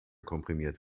komprimiert